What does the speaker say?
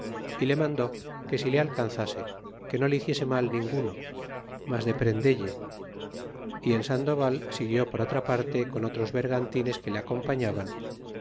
y le mandó que si le alcanzase que no le hiciese mal ninguno mas de prendelle y el sandoval siguió por otra parte con otros bergantines que le acompañaban